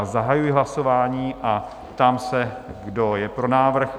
Zahajuji hlasování a ptám se, kdo je pro návrh?